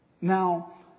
Now